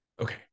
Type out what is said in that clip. okay